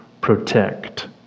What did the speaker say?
protect